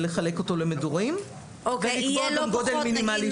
לחלק אותו למדורים ולקבוע גם גודל מינימלי.